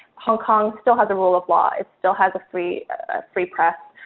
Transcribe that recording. hong kong still has the rule of law. it still has a free free press.